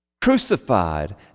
crucified